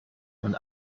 und